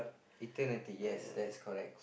if turn into yes that's correct